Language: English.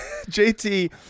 JT